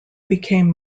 became